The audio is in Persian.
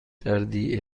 دردی